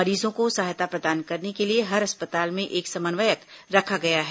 मरीजों को सहायता प्रदान करने को लिए हर अस्पताल में एक समन्वयक रखा गया है